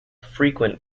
frequent